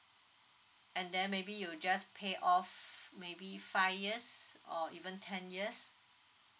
and then maybe you just pay off maybe five years or even ten years